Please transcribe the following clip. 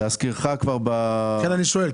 להזכירך כבר --- לכן אני שואל,